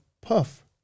Puff